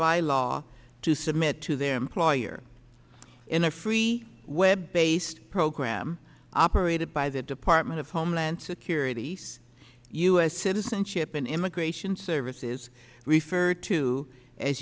by law to submit to their employer in a free web based program operated by the department of homeland security so u s citizenship and immigration services refer to as